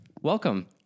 Welcome